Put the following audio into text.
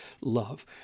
love